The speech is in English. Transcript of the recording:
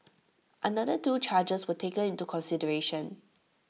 another two charges were taken into consideration